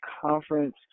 conference